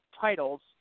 titles